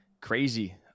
Crazy